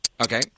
Okay